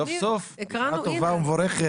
סוף סוף, בשעה טובה ומבורכת.